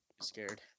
scared